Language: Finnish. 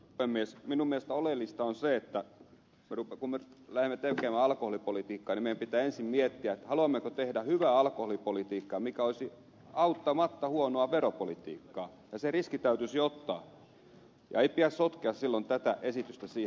minun mielestäni oleellista on se että kun lähdemme tekemään alkoholipolitiikkaa niin meidän pitää ensin miettiä haluammeko tehdä hyvää alkoholipolitiikkaa mikä olisi auttamatta huonoa veropolitiikkaa ja se riski täytyisi ottaa ja ei pidä sotkea silloin tätä esitystä siihen